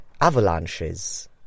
avalanches